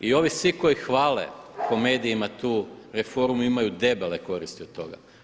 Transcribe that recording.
I ovi svi koji hvale po medijima tu reformu imaju debele koristi od toga.